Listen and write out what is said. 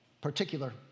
particular